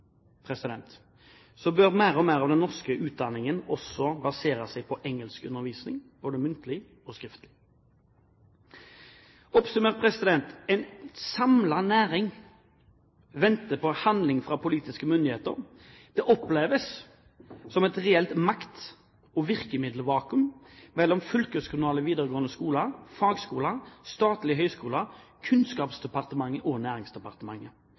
bør mer og mer av den norske utdanningen også basere seg på engelskundervisning, både muntlig og skriftlig. Oppsummert: En samlet næring venter på handling fra politiske myndigheter. Det oppleves som et reelt makt- og virkemiddelvakuum mellom fylkeskommunale videregående skoler og fagskoler, statlige høyskoler, Kunnskapsdepartementet og